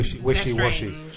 Wishy-washy